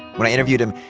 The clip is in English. when i interviewed him,